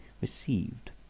received